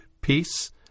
peace